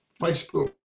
facebook